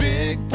Big